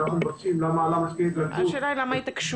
השאלה למה ההתעקשות.